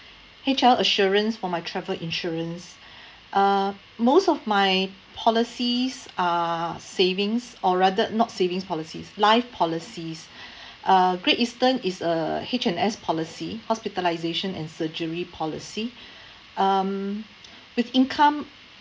H_L assurance for my travel insurance uh most of my policies are savings or rather not savings policies life policies uh great eastern is a H and S policy hospitalisation and surgery policy um with income